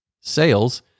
sales